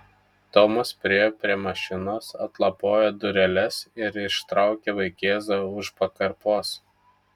tomas priėjo prie mašinos atlapojo dureles ir ištraukė vaikėzą už pakarpos